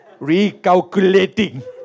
Recalculating